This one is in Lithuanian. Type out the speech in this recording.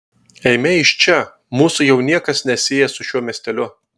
eime iš čia mūsų jau niekas nesieja su šiuo miesteliu